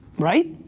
right?